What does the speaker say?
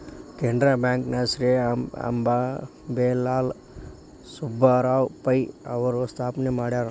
Canara bank ನ ಶ್ರೇ ಅಂಬೇಲಾಲ್ ಸುಬ್ಬರಾವ್ ಪೈ ಅವರು ಸ್ಥಾಪನೆ ಮಾಡ್ಯಾರ